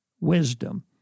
wisdom